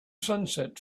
sunset